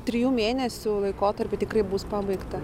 trijų mėnesių laikotarpiu tikrai bus pabaigta